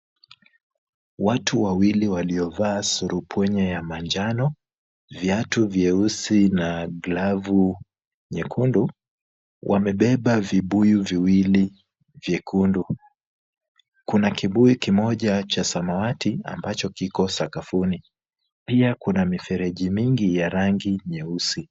Watu wawili waliovaa surupwenye ya manjano, viatu vyeusi na glavu nyekundu, wamebeba vibuyu viwili vyekundu. Kuna kibuyu kimoja cha samawati ambacho kiko sakafuni. Pia kuna mifereji mingi ya rangi nyeusi.